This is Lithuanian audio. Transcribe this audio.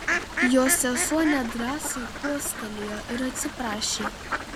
jo sesuo nedrąsai kostelėjo ir atsiprašė